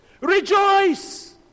rejoice